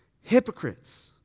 hypocrites